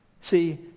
See